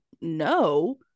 no